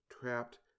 trapped